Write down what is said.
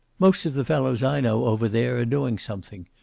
most of the fellows i know over there are doing something.